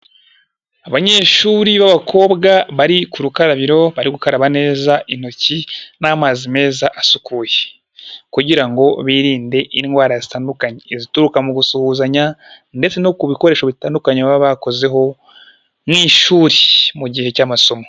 Abanyeshuri b'abakobwa bari ku rukarabiro bari gukaraba neza intoki n'amazi meza asukuye, kugira ngo birinde indwara zitandukanye zituruka mu gusuhuzanya ndetse no ku bikoresho bitandukanye baba bakozeho, mu ishuri mu gihe cy'amasomo.